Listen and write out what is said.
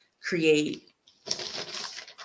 create